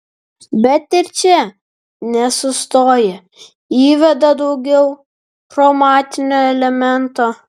bet ir čia nesustoja įveda daugiau chromatinio elemento